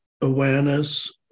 awareness